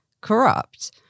corrupt